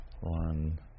One